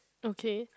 okay